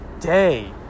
day